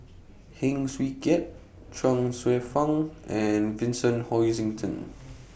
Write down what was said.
Heng Swee Keat Chuang Hsueh Fang and Vincent Hoisington